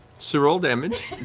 so roll damage.